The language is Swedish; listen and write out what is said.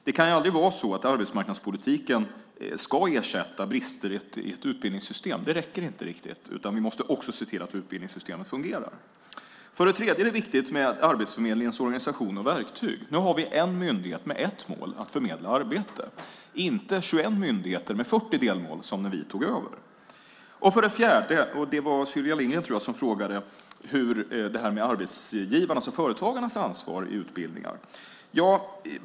Det kan aldrig vara så att arbetsmarknadspolitiken ska ersätta brister i ett utbildningssystem. Det räcker inte riktigt, utan vi måste se till att utbildningssystemet fungerar. För det tredje är det viktigt med Arbetsförmedlingens organisation och verktyg. Nu har vi en myndighet med ett mål, att förmedla arbeten, inte 21 myndigheter med 40 delmål som när vi tog över. För det fjärde: Det var Sylvia Lindgren som frågade om arbetsgivarnas och företagarnas ansvar i utbildningar.